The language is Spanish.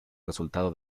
resultado